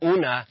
Una